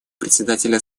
представителя